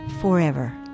forever